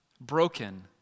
broken